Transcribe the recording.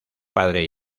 padre